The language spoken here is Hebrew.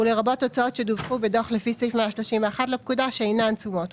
ולרבות הוצאות שדווחו בדוח לפי סעיף 131 לפקודה שאינן תשומות,